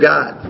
God